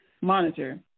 monitor